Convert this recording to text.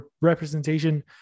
representation